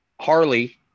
Harley